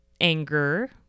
anger